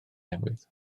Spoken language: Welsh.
newydd